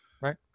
right